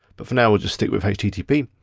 but for now, we'll just stick with http.